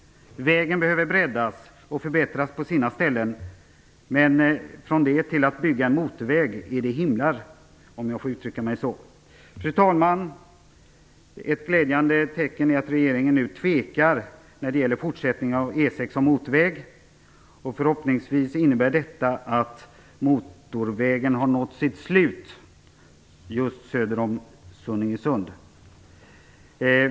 Vägen behöver breddas och förbättras på sina ställen. Men från det till att bygga en motorväg är det himlar, om jag får uttrycka mig så. Fru talman! Ett glädjande tecken är att regeringen nu tvekar när det gäller en fortsättning av E 6 som motorväg. Förhoppningsvis innebär detta att motorvägen har nått sitt slut just söder om Sunningesund.